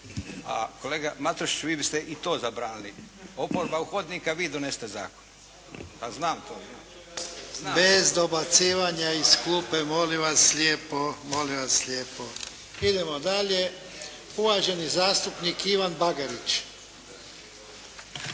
A kolega Matušiću vi biste i to zabranili. Oporba u hodnik, a vi donesite zakon. Znam to. **Jarnjak, Ivan (HDZ)** Bez dobacivanja iz klupa molim vas lijepo! Idemo dalje. Uvaženi zastupnik Ivan Bagarić.